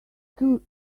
two